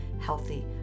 healthy